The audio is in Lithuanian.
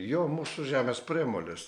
jo mūsų žemės priemolis